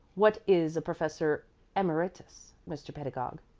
what is a professor emeritus, mr. pedagog?